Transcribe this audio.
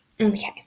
okay